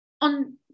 on